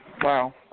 Wow